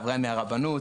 החברים מהרבנות,